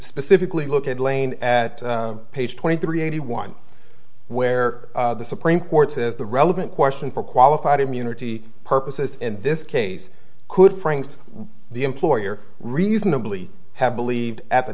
specifically look at lane at page twenty three eighty one where the supreme court is the relevant question for qualified immunity purposes in this case could frank the employer reasonably have believed at the